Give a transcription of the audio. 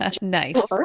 Nice